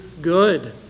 good